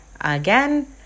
again